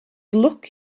lwc